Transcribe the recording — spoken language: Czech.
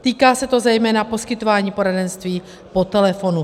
Týká se to zejména poskytování poradenství po telefonu.